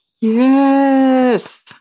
Yes